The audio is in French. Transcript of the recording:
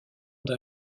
d’un